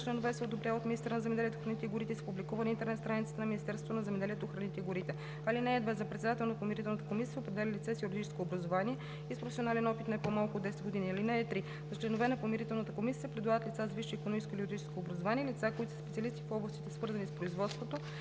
членове се одобрява от министъра на земеделието, храните и горите и се публикува на интернет страницата на Министерството на земеделието, храните и горите. (2) За председател на Помирителната комисия се определя лице с юридическо образование и с професионален опит не по-малко от 10 години. (3) За членове на Помирителната комисия се предлагат лица с висше икономическо или юридическо образование и лица, които са специалисти в областите, свързани с производство,